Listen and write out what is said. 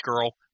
girl